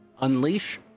unleash